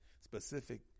specific